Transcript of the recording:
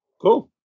Cool